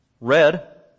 red